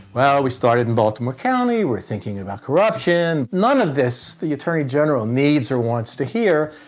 well, we started in baltimore county. we're thinking about corruption, none of this, the attorney general needs or wants to hear!